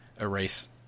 erase